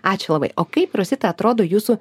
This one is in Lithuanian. ačiū labai o kaip rosita atrodo jūsų